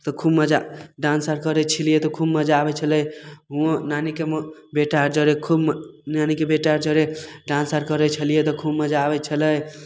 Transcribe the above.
तऽ खूब मजा डाँस आर करय छलियै तऽ खूब मजा आबय छलै हुओं नानीके बेटा आर जरे जे खूब नानीके बेटा आर जरे डाँस आर करय छलियै तऽ खूब मजा आबय छलै